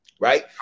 Right